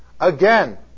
Again